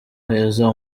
heza